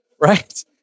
right